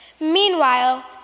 Meanwhile